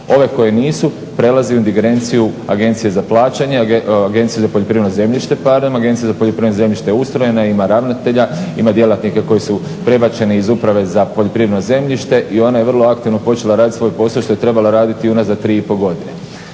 Ove koje nisu prelaze u ingerenciju Agencije za plaćanje Agencije za poljoprivredno zemljište. Agencija za poljoprivredno zemljište je ustrojena i ima ravnatelja, ima djelatnike koji su prebačeni iz Uprave za poljoprivredno zemljište i ona je vrlo aktivno počela radit svoj posao što je trebala raditi i unazad 3,5 godine.